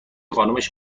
خانومش